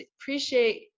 appreciate